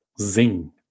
Zing